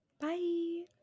bye